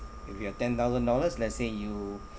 if you have ten thousand dollars lets say you